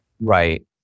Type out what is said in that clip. Right